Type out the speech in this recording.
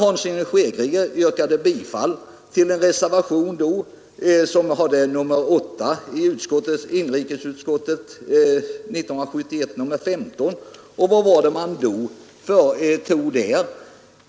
Under debatten 1971 yrkade herr Hansson i Skegrie bifall till reservationen 8 vid inrikesutskottets betänkande nr 15. Och vad var det man föreslog där?